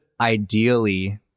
ideally